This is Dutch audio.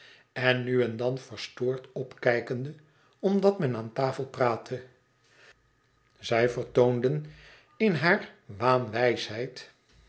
en nu en dan verstoord opkijkende omdat men aan tafel praatte zij vertoonden in hare